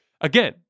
again